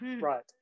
Right